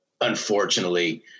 unfortunately